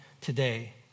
today